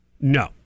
No